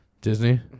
Disney